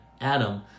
Adam